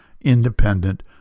independent